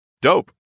dope